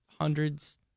hundreds